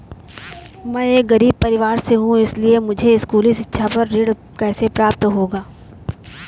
मैं एक गरीब परिवार से हूं इसलिए मुझे स्कूली शिक्षा पर ऋण कैसे प्राप्त होगा?